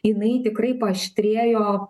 jinai tikrai paaštrėjo